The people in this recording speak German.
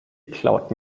klaut